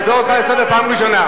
אני קורא אותך לסדר פעם ראשונה.